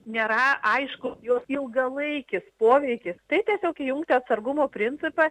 nėra aišku jog ilgalaikis poveikis tai tiesiog įjungti atsargumo principą